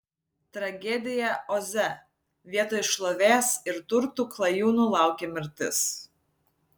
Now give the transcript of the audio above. tragedija oze vietoj šlovės ir turtų klajūnų laukė mirtis